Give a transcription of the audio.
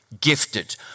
gifted